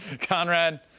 Conrad